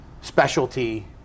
specialty